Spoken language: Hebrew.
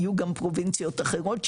היו גם פרובינציות אחרות שהשתמשו,